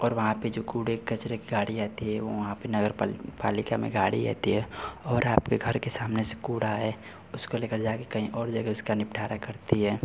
और वहाँ पर जो कूड़े कचरे की गाड़ी आती है वह वहाँ पर नगर पालिका में गाड़ी आती है और आपके घर के सामने से कूड़ा है उसको लेकर जाकर कहीं और जगह उसका निपटारा करती है